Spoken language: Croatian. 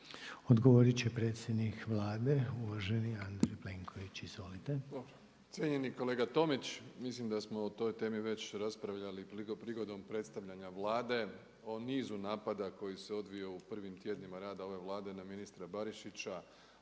Odgovorit će predsjednik Vlade uvaženi Andrej Plenković. Izvolite. **Plenković, Andrej (HDZ)** Cijenjeni kolega Tomić, mislim da smo o toj temi već raspravljali prigodom predstavljanje Vlade o nizu napada koji se odvijao u prvim tjednima rada ove Vlade na ministra Barišića,